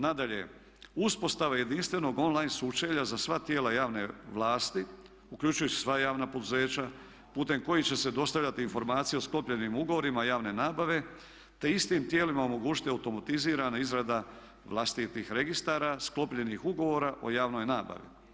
Nadalje, uspostava jedinstvenog online sučelja za sva tijela javne vlasti, uključujući sva javna poduzeća, putem kojih će se dostavljati informacije o sklopljenim ugovorima javne nabave te istim tijelima omogućiti automatizirana izrada vlastitih registara sklopljenih ugovora o javnoj nabavi.